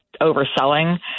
overselling